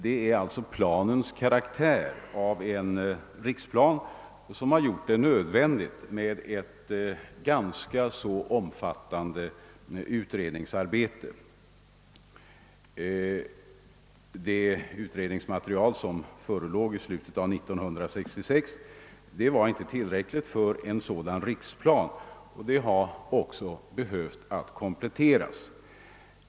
Det är alltså planens karaktär av riksplan som har gjort det nödvändigt att utföra ett ganska omfattande utredningsarbete. Det utredningsmaterial som förelåg i slutet av 1966 var inte tillräckligt för en sådan riksplan och behövde kompletteras.